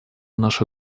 наша